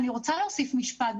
אני רוצה להוסיף משפט.